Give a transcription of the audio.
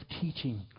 teaching